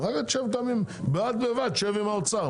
בד בבד שב עם האוצר.